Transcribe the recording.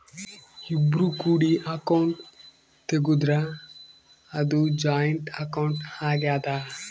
ಇಬ್ರು ಕೂಡಿ ಅಕೌಂಟ್ ತೆಗುದ್ರ ಅದು ಜಾಯಿಂಟ್ ಅಕೌಂಟ್ ಆಗ್ಯಾದ